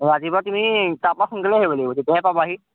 ৰাতিপুৱা তুমি তাপা সোনকালে আহিব তেতিয়াহে পাবাহি